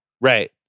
Right